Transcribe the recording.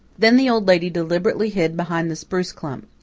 then the old lady deliberately hid behind the spruce clump.